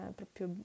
proprio